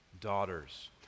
daughters